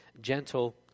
Gentle